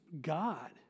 God